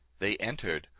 they entered,